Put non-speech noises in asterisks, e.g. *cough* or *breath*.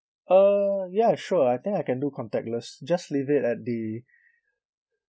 uh ya sure I think I can do contactless just leave it at the *breath*